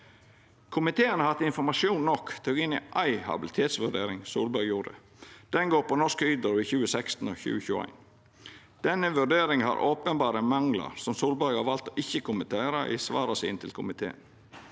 Komiteen har hatt informasjon nok til å gå inn i éi habilitetsvurdering Solberg gjorde. Den gjeld Norsk Hydro i 2016 og 2021. Den vurderinga har openberre manglar, som Solberg har valt ikkje å kommentera i svara sine til komiteen.